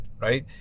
right